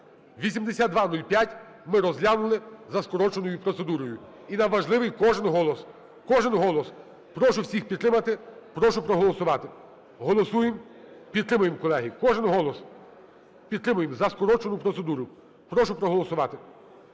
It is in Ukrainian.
(8205) ми розглянули за скороченою процедурою, і нам важливий кожен голос, кожен голос. Прошу всіх підтримати, прошу проголосувати. Голосуємо, підтримуємо, колеги, кожен голос. Підтримуємо, за скорочену процедуру. Прошу проголосувати.